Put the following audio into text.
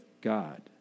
God